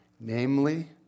namely